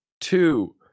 two